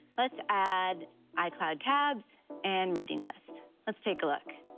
let's add icloud tabs and reading list. let's take a look.